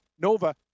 Nova